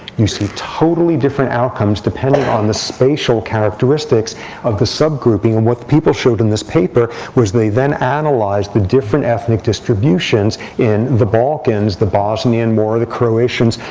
you see totally different outcomes, depending on the spatial characteristics of the subgrouping. and what the people showed in this paper was they then analyzed the different ethnic distributions in the balkans, the bosnian war, the croatians,